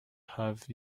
have